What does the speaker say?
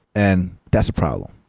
and that's a problem.